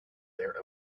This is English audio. their